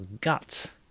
guts